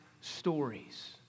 stories